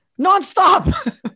Nonstop